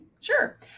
sure